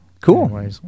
cool